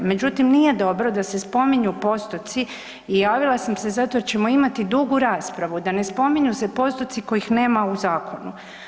Međutim, nije dobro da se spominju postoci i javila sam se zato jer ćemo imati dugu raspravu, da ne spominju se postoci kojih nema u zakonu.